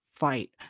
Fight